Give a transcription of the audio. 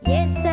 Yes